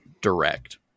direct